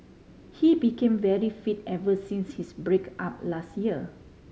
he became very fit ever since his break up last year